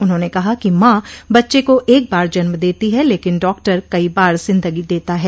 उन्होंने कहा कि मॉ बच्चे को एक बार जन्म देती है लेकिन डॉक्टर कई बार जिंदगी देता है